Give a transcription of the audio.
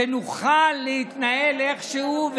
שנוכל להתנהל איכשהו.